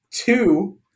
Two